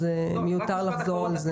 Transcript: אז מיותר לחזור על זה.